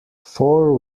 four